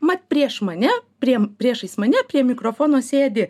mat prieš mane prie priešais mane prie mikrofono sėdi